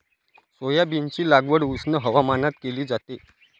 सोयाबीनची लागवड उष्ण हवामानात केली जाते